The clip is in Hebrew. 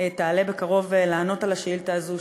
ותעלה בקרוב לענות על השאילתה הזו,